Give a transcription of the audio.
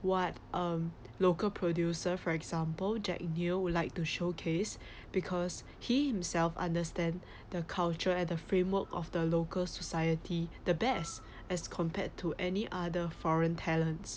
what um local producer for example jack neo would like to showcase because he himself understand the culture at the framework of the local society the best as compared to any other foreign talents